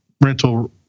rental